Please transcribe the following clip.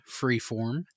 Freeform